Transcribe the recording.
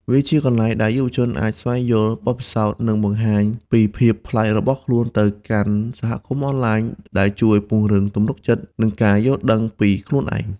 វាជាកន្លែងដែលយុវជនអាចស្វែងយល់ ពិសោធន៍ និងបង្ហាញពីភាពប្លែករបស់ខ្លួនទៅកាន់សហគមន៍អនឡាញ ដែលជួយពង្រឹងទំនុកចិត្ត និងការយល់ដឹងពីខ្លួនឯង។